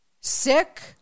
sick